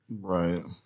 Right